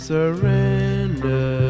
surrender